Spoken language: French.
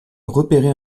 repéré